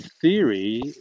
theory